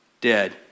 dead